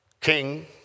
king